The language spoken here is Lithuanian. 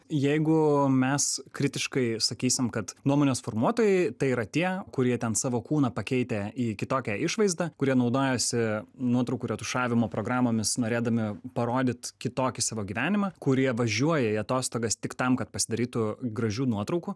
jeigu mes kritiškai sakysim kad nuomonės formuotojai tai yra tie kurie ten savo kūną pakeitę į kitokią išvaizdą kurie naudojasi nuotraukų retušavimo programomis norėdami parodyt kitokį savo gyvenimą kurie važiuoja į atostogas tik tam kad pasidarytų gražių nuotraukų